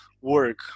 work